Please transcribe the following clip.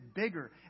bigger